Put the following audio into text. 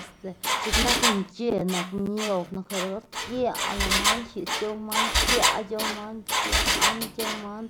Este x̱iꞌk nak mc̲h̲e nak miob nak ger or giaꞌl lëꞌ man xiꞌd c̲h̲ow man giaꞌ c̲h̲ow man giaꞌna, c̲h̲ow man